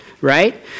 right